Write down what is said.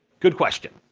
good question.